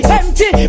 empty